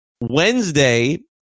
Wednesday